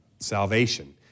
salvation